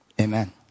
Amen